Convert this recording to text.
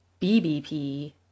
BBP